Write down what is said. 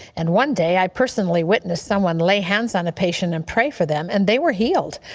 and one day i personally witnessed someone lay hands on a patient and prayed for them and they were healed.